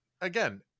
again